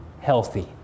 healthy